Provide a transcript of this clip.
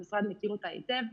המשרד מכיר אותה היטב.